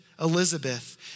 Elizabeth